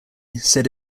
said